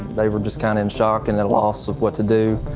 they were just kind of in shock and a loss of what to do.